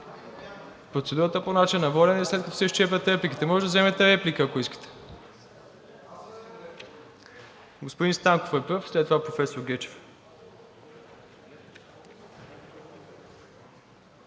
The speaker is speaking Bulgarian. Процедурата по начина на водене е, след като се изчерпят репликите. Можете да вземете реплика, ако искате. Господин Станков е пръв, след това е професор Гечев.